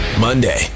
Monday